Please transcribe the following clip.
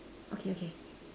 okay okay